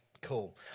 cool